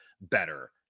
better